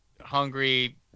hungry